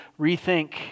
rethink